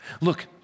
Look